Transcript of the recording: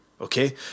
okay